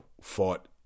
fought